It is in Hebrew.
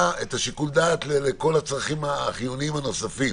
את שיקול הדעת לכל הצרכים החיוניים הנוספים